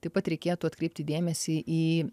taip pat reikėtų atkreipti dėmesį į